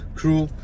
crew